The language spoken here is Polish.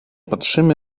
patrzymy